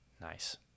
Nice